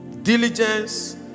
Diligence